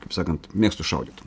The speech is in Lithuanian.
taip sakant mėgstu šaudyti